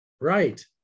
Right